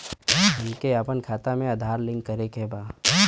हमके अपना खाता में आधार लिंक करें के बा?